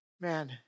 Man